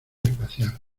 espacial